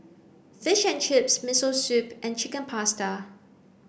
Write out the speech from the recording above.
fish and chips Miso Soup and Chicken Pasta